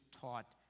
taught